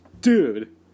Dude